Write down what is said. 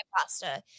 pasta